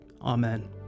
Amen